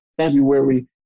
February